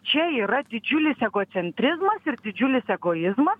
čia yra didžiulis egocentrizmas ir didžiulis egoizmas